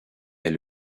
est